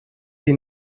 sie